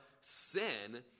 sin